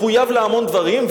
מחויב להמון דברים,